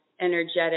energetic